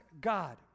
God